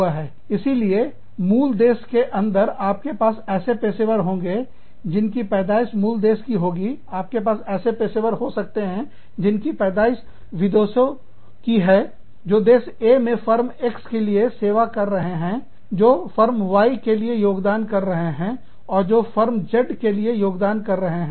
इसीलिए मूल देश के अंदर आपके पास ऐसे पेशेवर होंगे जिन की पैदाइश मूल देश की होगी आपके पास ऐसे भी पेशेवर हो सकते हैं जिनकी पैदाइश विदेशों की है जो देश A में फर्म X के लिए सेवा कर रहे हैं जो फर्म Y के लिए योगदान कर रही है जो फर्म Z के लिए योगदान कर रही है